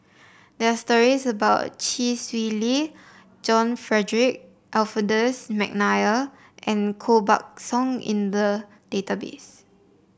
there are stories about Chee Swee Lee John Frederick Adolphus McNair and Koh Buck Song in the database